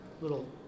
little